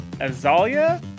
Azalia